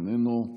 איננו,